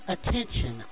Attention